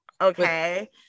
okay